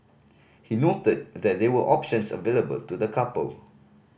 he noted that there were options available to the couple